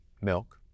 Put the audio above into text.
milk